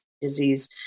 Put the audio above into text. disease